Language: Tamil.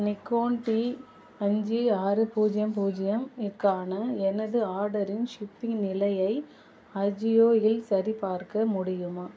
நிக்கோன் டி அஞ்சு ஆறு பூஜ்ஜியம் பூஜ்ஜியம் க்கான எனது ஆர்டரின் ஷிப்பிங் நிலையை அஜியோ இல் சரிபார்க்க முடியுமா